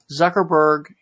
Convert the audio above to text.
Zuckerberg